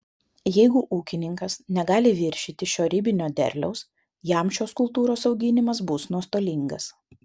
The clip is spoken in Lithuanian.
jeigu ūkininkas negali viršyti šio ribinio derliaus jam šios kultūros auginimas bus nuostolingas